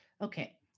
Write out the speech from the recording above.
okay